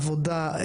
עבודה,